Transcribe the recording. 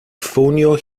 ffonio